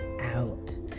out